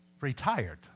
retired